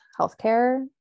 healthcare